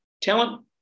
talent